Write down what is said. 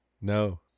No